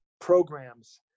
programs